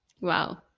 Wow